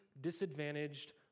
disadvantaged